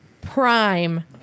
prime